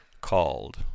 called